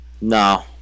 No